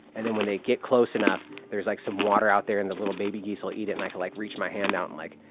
and then when they get close enough, there's like some water out there and the little baby geese will eat it and i can, like, reach my hand out and, like,